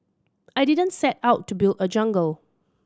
I didn't set out to build a jungle